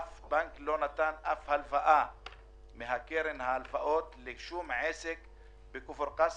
אף בנק לא נתן אף הלוואה מקרן ההלוואות לשום עסק בכפר קאסם.